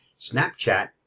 Snapchat